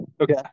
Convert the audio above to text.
okay